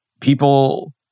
People